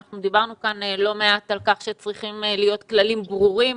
אנחנו דיברנו כאן לא מעט על כך שצריכים להיות כללים ברורים